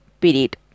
period